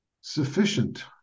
sufficient